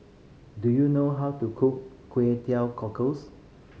do you know how to cook Kway Teow Cockles